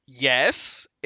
Yes